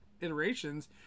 iterations